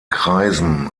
kreisen